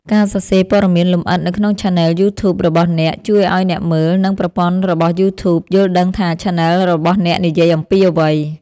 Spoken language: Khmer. ការសរសេរព័ត៌មានលម្អិតនៅក្នុងឆានែលយូធូបរបស់អ្នក ជួយឱ្យអ្នកមើល និងប្រព័ន្ធរបស់យូធូប យល់ដឹងថាឆានែលរបស់អ្នកនិយាយអំពីអ្វី។